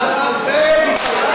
זה דחוף.